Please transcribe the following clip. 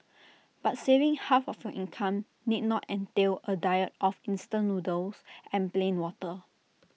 but saving half of your income need not entail A diet of instant noodles and plain water